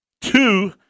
two